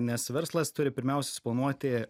nes verslas turi pirmiausia susiplanuoti